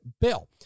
bill